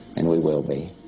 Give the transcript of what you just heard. and we will be,